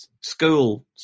school